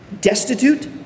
destitute